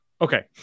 Okay